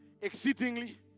Exceedingly